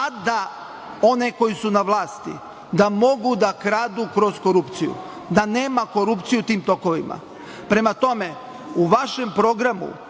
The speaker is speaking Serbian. tada one koji su na vlasti da mogu da kradu kroz korupciju, da nema korupcije u tim tokovima. Prema tome, u vašem programu,